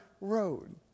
road